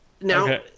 Now